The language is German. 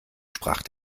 sprach